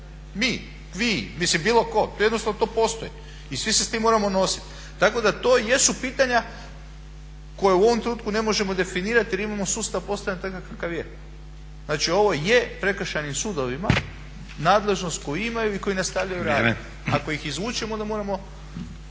Mi, vi, mislim bilo tko, to jednostavno postoji i svi se s tim moramo nositi. Tako da to jesu pitanja koja u ovom trenutku ne možemo definirati jer imamo sustav postavljen takav kakav je. Znači, ovo je prekršajnim sudovima nadležnost koju imaju i koju nastavljaju raditi. Ako ih izvučemo onda moramo